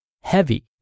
heavy